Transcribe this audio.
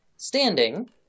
Standing